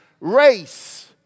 race